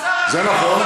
זה נכון.